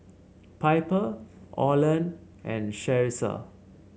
Piper Orland and Charissa